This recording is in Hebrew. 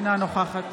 אינה נוכחת